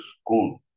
school